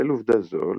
בשל עובדה זו,